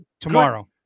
tomorrow